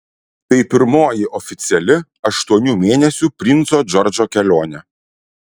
tai pirmoji oficiali aštuonių mėnesių princo džordžo kelionė